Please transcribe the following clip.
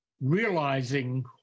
realizing